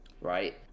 right